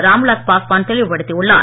ராம்விலாஸ் பாஸ்வான் தெளிவு படுத்தியுள்ளார்